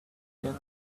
get